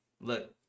look